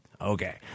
okay